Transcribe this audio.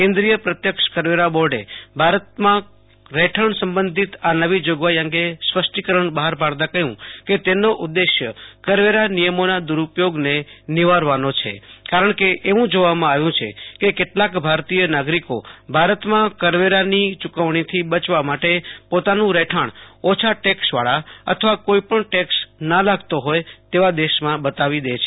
કેન્દ્રિય પ્રત્યક્ષ કરવેરા બોર્ડ ભારતમાં રહેઠાણ સંબંધિત આ નવી જોગવાઈ અંગે સ્પષ્ટીકરણ બહાર પાડતાં કહ્યું કે તેનો ઉદેશ્ય કરવેરા નિયમોના દ્વરુપયોગને નિવારવાનો છે કારણ કે એવું જોવામાં આવ્યું છે કે કેટલાક ભારતીય નાગરીકો ભારતમાં કરવેરાની ચૂકવણથી બચવા માટે પોતાનું રહેઠાણ ઓછા ટેક્સવાળા અથવા કોઈપણ ટેક્સ ના લાગતો હોય તેવા દેશમાં બતાવી દે છે